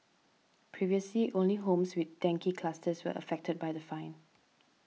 previously only homes with dengue clusters were affected by the fine